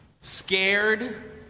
scared